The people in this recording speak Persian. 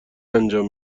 انجام